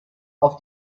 auf